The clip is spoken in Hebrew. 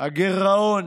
הגירעון,